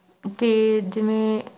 ਅਤੇ ਜਿਵੇਂ